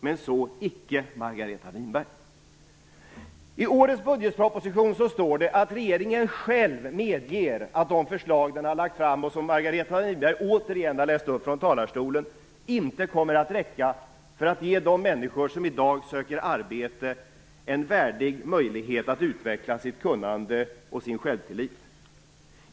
Men så icke på I årets budgetproposition står det att regeringen själv medger att de förslag som man har lagt fram och som Margareta Winberg återigen har läst upp från talarstolen inte kommer att räcka för att ge de människor som i dag söker arbete en värdig möjlighet att utveckla sitt kunnande och sin självtillit.